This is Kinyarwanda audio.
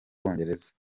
bwongereza